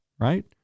Right